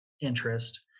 interest